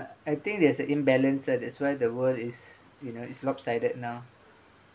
I think there's a imbalance ah that's why the world is you know is lopsided now